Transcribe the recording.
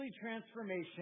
transformation